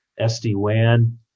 SD-WAN